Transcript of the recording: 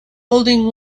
holding